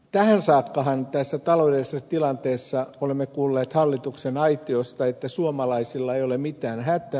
tähän saakkahan tässä taloudellisessa tilanteessa olemme kuulleet hallituksen aitiosta että suomalaisilla ei ole mitään hätää